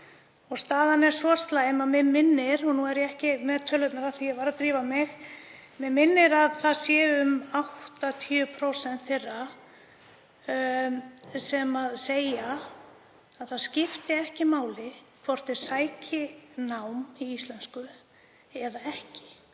Staðan er svo slæm að mig minnir, og nú er ég ekki með tölurnar af því að ég var að drífa mig, að það séu um 80% þeirra sem segja að það skipti ekki máli hvort þau sæki nám í íslensku eða ekki.